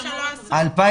ב-2018?